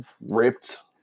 ripped